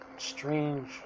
Strange